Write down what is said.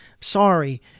Sorry